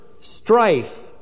strife